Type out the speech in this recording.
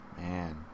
Man